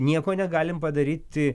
nieko negalim padaryti